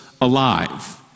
alive